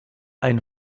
ein